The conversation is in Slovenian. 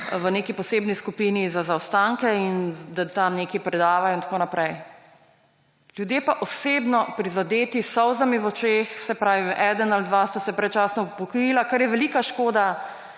v neki posebni skupini za zaostanke in da tam nekaj predava in tako naprej. Ljudje pa osebno prizadeti, s solzami v očeh. Saj pravim, eden ali dva sta se predčasno upokojila, kar je velika škoda